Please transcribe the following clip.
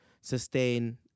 sustain